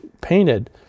painted